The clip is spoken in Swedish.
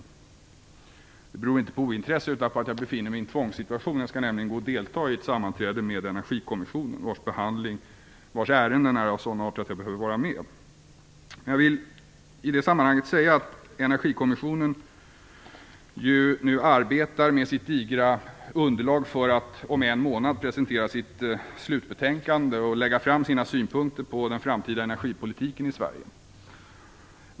Detta beror inte på ointresse utan på att jag befinner mig i en tvångssituation: Jag skall nämligen gå och delta i ett sammanträde med Energikommissionen vars ärenden är av sådan art att jag behöver vara med. I det sammanhanget vill jag säga att Energikommissionen ju nu arbetar med sitt digra underlag för att om en månad presentera sitt slutbetänkande och lägga fram sina synpunkter på den framtida energipolitiken i Sverige.